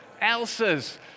Elsa's